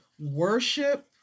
worship